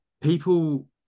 people